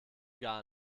gar